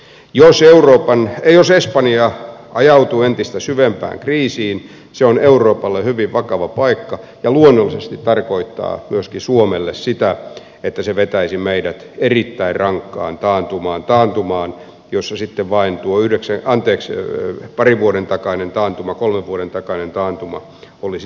jos espanja ajautuu entistä syvempään kriisiin se on euroopalle hyvin vakava paikka ja luonnollisesti tarkoittaa myöskin suomelle sitä että se vetäisi meidät erittäin rankkaan taantumaan taantumaan jossa sitten vain uuydekseen anteeksi yli parin vuoden takainen tuo kolmen vuoden takainen taantuma olisi lastenleikkiä